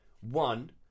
one